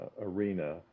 arena